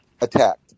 attacked